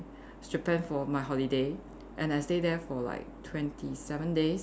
Japan for my holiday and I stay there for like twenty seven days